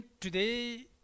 today